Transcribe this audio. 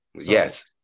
Yes